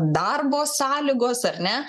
darbo sąlygos ar ne